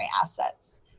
assets